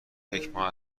یکماه